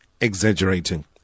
exaggerating